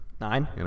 Nine